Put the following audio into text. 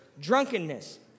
drunkenness